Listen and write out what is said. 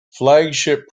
flagship